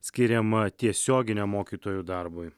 skiriama tiesioginiam mokytojų darbui